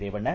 Revanna